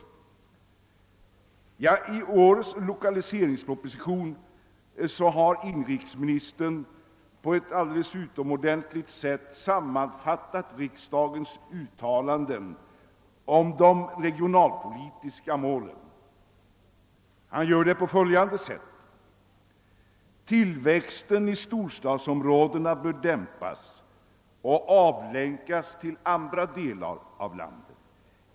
I årets lokaliseringsproposition har inrikesministern på ett alldeles utomordentligt sätt sammanfattat riksdagens uttalanden om de regionalpolitiska målen. Han gör det på följande sätt: Tillväxten i storstadsområdena bör dämpas och avlänkas till andra delar av landet.